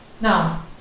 Now